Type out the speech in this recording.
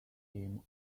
him